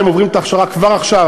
הם עוברים את ההכשרה כבר עכשיו,